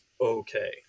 okay